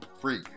Free